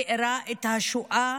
תיארה את השואה